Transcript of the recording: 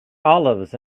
olives